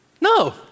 No